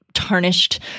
Tarnished